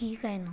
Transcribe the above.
ठीक आहे ना